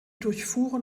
durchfuhren